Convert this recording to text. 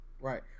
Right